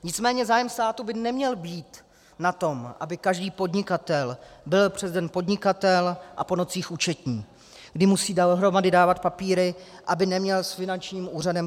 Nicméně zájem státu by neměl být na tom, aby každý podnikatel byl přes den podnikatel a po nocích účetní, kdy musí dohromady dávat papíry, aby neměl problém s finančním úřadem.